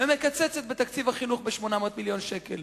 ומקצצת את תקציב החינוך ב-800 מיליון שקל.